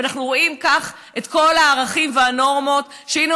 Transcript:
ואנחנו רואים כך את כל הערכים והנורמות שהיינו